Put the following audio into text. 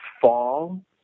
fall